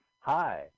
Hi